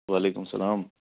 وعلیکُم السلام